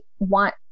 Want